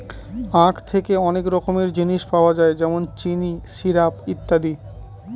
আঁখ থেকে অনেক রকমের জিনিস পাওয়া যায় যেমন চিনি, সিরাপ, ইত্যাদি